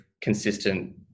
consistent